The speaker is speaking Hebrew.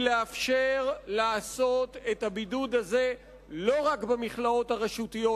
היא לאפשר לעשות את הבידוד הזה לא רק במכלאות הרשותיות,